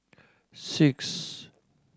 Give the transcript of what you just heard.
six